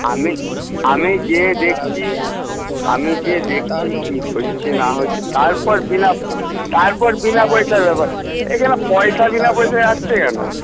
আমি আমি যেয়ে দেখছি আমি যেয়ে দেখছি কী হয়েছে না হয়েছে তারপর বিনা তারপর বিনা পয়সার ব্যাপারটা এখানে পয়সা বিনা পয়সায় আসছে কেন